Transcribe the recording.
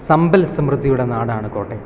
സമ്പൽസമൃദ്ധിയുടെ നാടാണ് കോട്ടയം